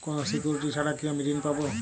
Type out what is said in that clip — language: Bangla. কোনো সিকুরিটি ছাড়া কি আমি ঋণ পাবো?